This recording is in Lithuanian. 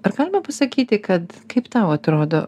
ar galima pasakyti kad kaip tau atrodo